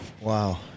Wow